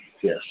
yes